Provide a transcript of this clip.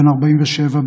בן 47,